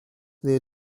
near